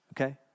okay